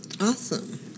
Awesome